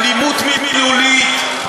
אלימות מילולית,